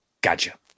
Gotcha